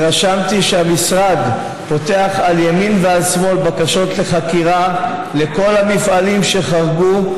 התרשמתי שהמשרד פותח על ימין ועל שמאל בקשות לחקירה לכל המפעלים שחרגו,